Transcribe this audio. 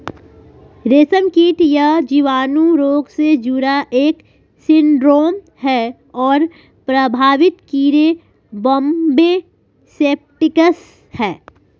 रेशमकीट यह जीवाणु रोग से जुड़ा एक सिंड्रोम है और प्रभावित कीड़े बॉम्बे सेप्टिकस है